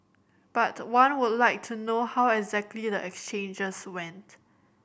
but one would like to know how exactly the exchanges went